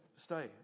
stay